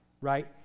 Right